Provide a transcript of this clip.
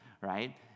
right